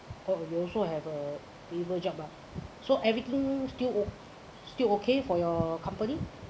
oh you also have a stable job lah so everything still o~ still okay for your company